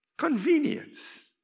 Convenience